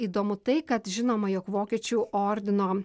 įdomu tai kad žinoma jog vokiečių ordino